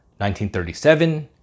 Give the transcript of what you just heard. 1937